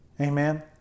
Amen